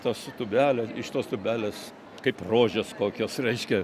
tos tūbelės iš tos tūbelės kaip rožės kokios reiškia